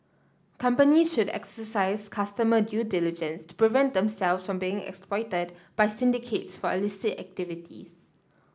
company should exercise customer due diligence to prevent themselves from being exploited by syndicates for illicit activities